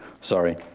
sorry